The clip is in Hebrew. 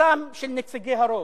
זכותם של נציגי הרוב?